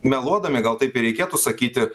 meluodami gal taip ir reikėtų sakyti